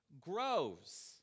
grows